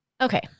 Okay